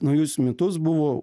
naujus metus buvo